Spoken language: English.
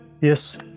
Yes